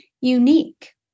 unique